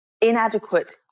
inadequate